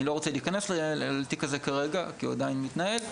לא רוצה להיכנס לתיק הזה כרגע כי הוא עדיין מתנהל,